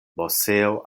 moseo